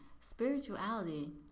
spirituality